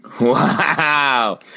Wow